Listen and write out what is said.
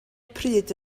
pryd